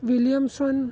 Williamson